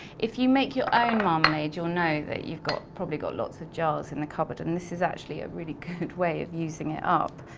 if you make your own marmalade, you'll know that you've got, probably got lots of jars in the cupboard and, this is actually a really good way of using it up.